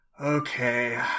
Okay